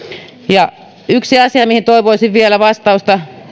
yksi asia mihin toivoisin vielä vastausta